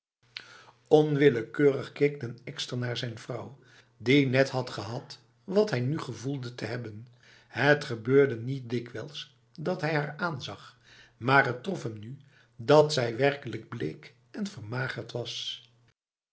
onwillekeurig keek den ekster naar zijn vrouw die net had gehad wat hij nu gevoelde te hebben het gebeurde niet dikwijls dat hij haar aanzag maar het trof hem nu dat zij werkelijk bleek en vermagerd was